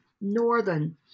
northern